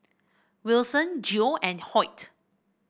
Wilson Geo and Hoyt